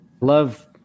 love